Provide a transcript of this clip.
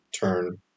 turn